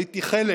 הייתי חלק